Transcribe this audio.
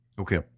Okay